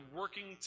working